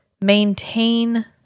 maintain